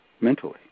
mentally